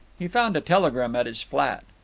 he found a telegram at his flat.